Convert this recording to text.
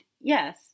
yes